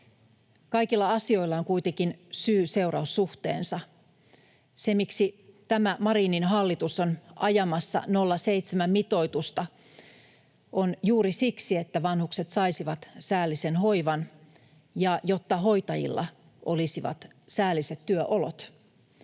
Kaikilla asioilla on kuitenkin syy—seuraus-suhteensa. Se, miksi tämä Marinin hallitus on ajamassa 0,7:n mitoitusta, on juuri siksi, että vanhukset saisivat säällisen hoivan ja jotta hoitajilla olisi säälliset työolot.